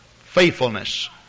faithfulness